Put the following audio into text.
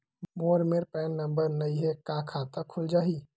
मोर मेर PAN number नई हे का खाता खुल जाही?